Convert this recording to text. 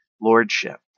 lordship